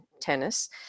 tennis